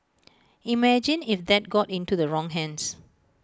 imagine if that got into the wrong hands